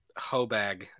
Hobag